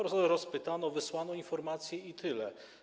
Rozpytano, wysłano informację i tyle.